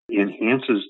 enhances